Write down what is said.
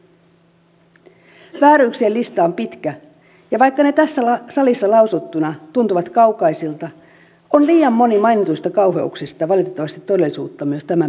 vääryyksien lista on pitkä ja vaikka ne tässä salissa lausuttuna tuntuvat kaukaisilta on liian moni mainituista kauheuksista valitettavasti todellisuutta myös tämän päivän suomessa